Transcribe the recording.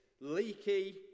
leaky